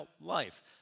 life